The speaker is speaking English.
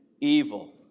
evil